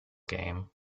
game